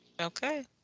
Okay